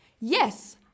Yes